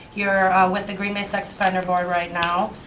you're with the green bay sex offender board, right now.